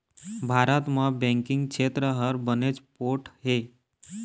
भारत म बेंकिंग छेत्र ह बनेच पोठ हे